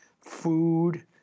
food